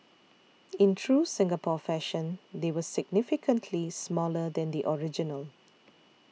in true Singapore fashion they were significantly smaller than the original